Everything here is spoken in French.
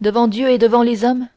devant dieu et devant les hommes